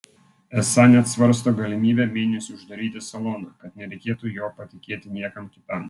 esą net svarsto galimybę mėnesiui uždaryti saloną kad nereikėtų jo patikėti niekam kitam